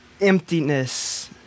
emptiness